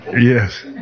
Yes